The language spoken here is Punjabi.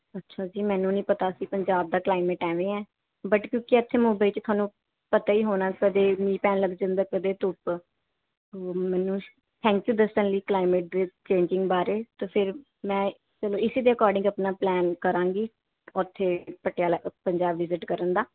ਅੱਛਾ ਜੀ ਮੈਨੂੰ ਨਹੀਂ ਪਤਾ ਸੀ ਪੰਜਾਬ ਦਾ ਕਲਾਈਮੇਟ ਐਵੇਂ ਹੈ ਬਟ ਕਿਉਂਕਿ ਇੱਥੇ ਮੁੰਬਈ 'ਚ ਤੁਹਾਨੂੰ ਪਤਾ ਹੀ ਹੋਣਾ ਕਦੇ ਮੀਂਹ ਪੈਣ ਲੱਗ ਜਾਂਦਾ ਕਦੇ ਧੁੱਪ ਸੋ ਮੈਨੂੰ ਥੈਂਕ ਯੂ ਦੱਸਣ ਲਈ ਕਲਾਈਮੇਟ ਦੇ ਚੇਂਜਿੰਗ ਬਾਰੇ ਤਾਂ ਫਿਰ ਮੈਂ ਚਲੋ ਇਸੇ ਦੇ ਅਕੋਡਿੰਗ ਆਪਣਾ ਪਲਾਨ ਕਰਾਂਗੀ ਉੱਥੇ ਪਟਿਆਲਾ ਪੰਜਾਬ ਵਿਜਿਟ ਕਰਨ ਦਾ